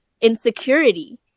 insecurity